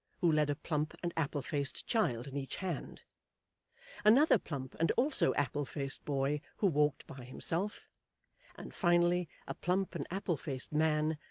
who led a plump and apple-faced child in each hand another plump and also apple-faced boy who walked by himself and finally, a plump and apple-faced man,